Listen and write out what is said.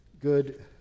good